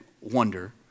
wonder